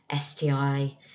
STI